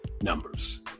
numbers